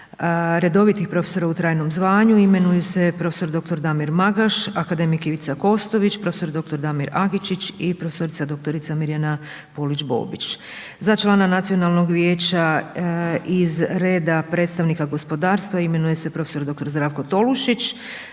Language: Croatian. redovitih profesora u trajnom zvanju imenuju se prof.dr. Damir Magaš, akademik Ivica Kostović, prof.dr. Damir Agičić i prof.dr. Mirjana Polić Bobić. Za člana Nacionalnog vijeća iz reda predstavnika gospodarstva imenuje se prof.dr. Zdravko Tolušić,